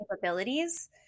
capabilities